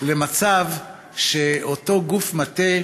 למצב שאותו גוף מטה,